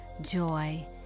joy